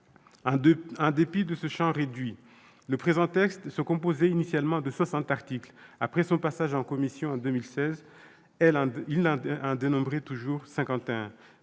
En dépit de ce champ réduit, le présent texte se composait initialement de soixante articles. Après son passage en commission, en 2016, il en comptait toujours